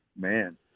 man